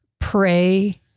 pray